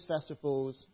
festivals